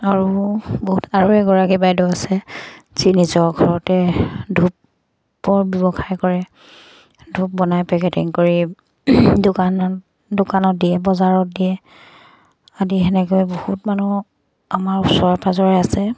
আৰু বহুত আৰু এগৰাকী বাইদেউ আছে যি নিজৰ ঘৰতে ধূপৰ ব্যৱসায় কৰে ধূপ বনাই পেকেটিং কৰি দোকানত দোকানত দিয়ে বজাৰত দিয়ে আদি তেনেকৈ বহুত মানুহ আমাৰ ওচৰে পাঁজৰে আছে